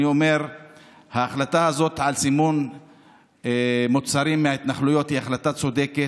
אני אומר שההחלטה הזאת על סימון מוצרים מההתנחלויות היא החלטה צודקת,